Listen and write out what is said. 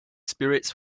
spirits